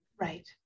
Right